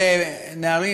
אלה נערים,